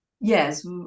Yes